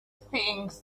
things